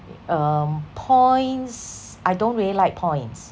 um points I don't really like points